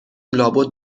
لابد